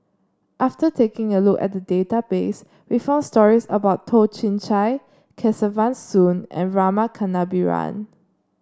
after taking a look at the database we found stories about Toh Chin Chye Kesavan Soon and Rama Kannabiran